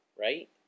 right